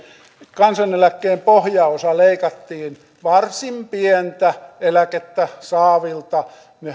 kansaneläkkeen pohjaosaa leikattiin varsin pientä eläkettä saavilta